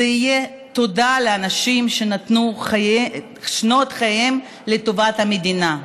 זו תהיה תודה לאנשים שנתנו משנות חייהם לטובת המדינה.